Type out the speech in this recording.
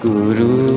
Guru